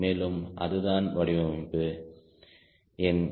மேலும் அதுதான் வடிவமைப்பு ஏன்